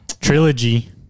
Trilogy